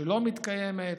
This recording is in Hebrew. שלא מתקיימת,